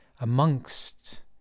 amongst